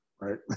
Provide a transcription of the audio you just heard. right